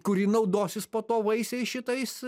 kuri naudosis po to vaisiais šitais